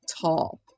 tall